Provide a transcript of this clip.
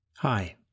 Hi